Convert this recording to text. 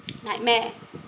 nightmare